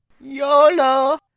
YOLO